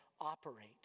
operate